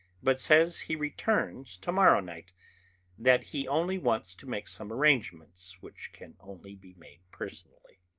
but says he returns to-morrow night that he only wants to make some arrangements which can only be made personally.